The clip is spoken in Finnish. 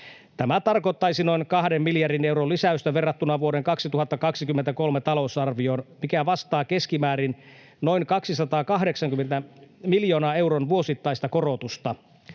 Tämä tarkoittaisi noin 2 miljardin euron lisäystä verrattuna vuoden 2023 talousarvioon, mikä vastaa keskimäärin noin 280 miljoonan euron vuosittaista korotusta.